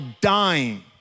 dying